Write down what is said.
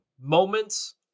moments